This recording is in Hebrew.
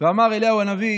ואמר אליהו הנביא: